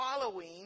following